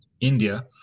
India